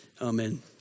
amen